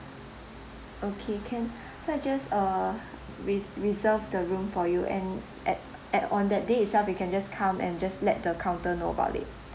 okay can so I just err re~ reserve the room for you and at at on that day itself you can just come and just let the counter know about it